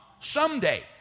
someday